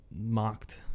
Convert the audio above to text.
mocked